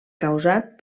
causat